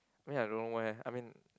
I mean I don't know where I mean